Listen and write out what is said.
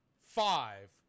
Five